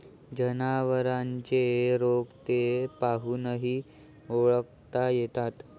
जनावरांचे रोग ते पाहूनही ओळखता येतात